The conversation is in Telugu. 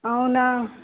అవునా